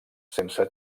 sense